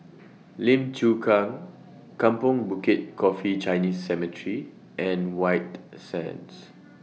Lim Chu Kang Kampong Bukit Coffee Chinese Cemetery and White Sands